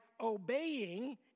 obeying